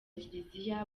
kiliziya